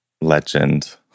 legend